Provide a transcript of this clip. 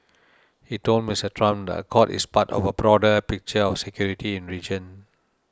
he told Mister Trump the accord is part of a broader picture of security in region